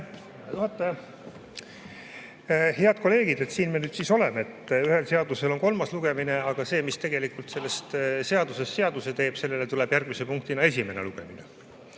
Head kolleegid, siin me nüüd siis oleme. Ühel seadusel on kolmas lugemine, aga sellel, mis tegelikult sellest seadusest seaduse teeb, tuleb järgmise punktina esimene lugemine.